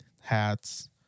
hats